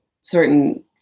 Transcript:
certain